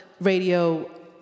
radio